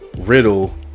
Riddle